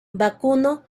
vacuno